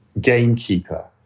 gamekeeper